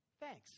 thanks